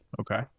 Okay